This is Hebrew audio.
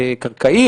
קרקעי",